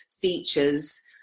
features